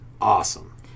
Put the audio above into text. awesome